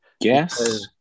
Yes